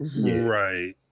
Right